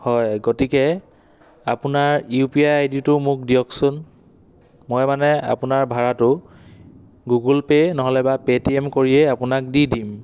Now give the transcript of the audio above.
হয় গতিকে আপোনাৰ ইউ পি আই আই ডিটো মোক দিয়কচোন মই মানে আপোনাৰ ভাড়াটো গুগল পে' নহ'লে বা পে' টি এম কৰিয়ে আপোনাক দি দিম